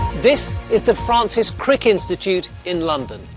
this is the francis crick institute in london.